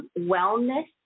Wellness